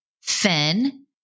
Finn